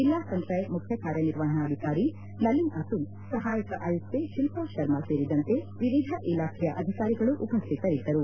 ಜೆಲ್ಲಾ ಪಂಚಾಯತ್ ಮುಖ್ಯ ಕಾರ್ಯ ನಿರ್ವಹಣಾಧಿಕಾರಿ ನಲಿನ್ ಅತುಲ್ ಸಹಾಯಕ ಅಯುಕ್ತೆ ಶಿಲ್ಪಾ ಶರ್ಮಾ ಸೇರಿದಂತೆ ವಿವಿಧ ಇಲಾಖೆ ಅಧಿಕಾರಿಗಳು ಉಪ್ಟಿತರಿದ್ದರು